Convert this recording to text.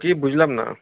কী বুঝলাম না